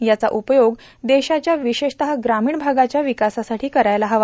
याचा उपयोग देशाच्या र्विशेषत ग्रामीण भागाच्या र्विकासासाठी करायला हवा